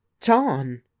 john